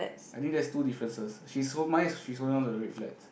I think that is two differences she so mind she also run to the red flag